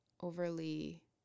overly